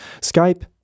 Skype